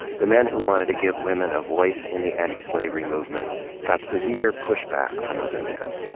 the men who wanted to give women a voice in the antislavery movement got severe pushback from other men.